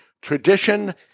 tradition